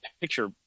picture